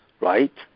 right